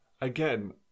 again